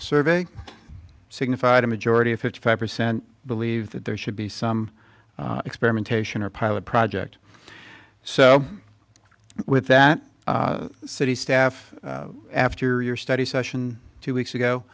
survey signified a majority of fifty five percent believe that there should be some experimentation or pilot project so with that city staff after your study session two weeks ago